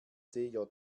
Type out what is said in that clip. djh